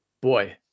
boy